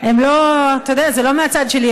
אתה יודע, זה לא מהצד שלי.